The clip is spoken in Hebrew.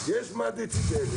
יש מד דציבלים,